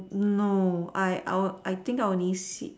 no I I I think are only seeds